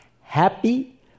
happy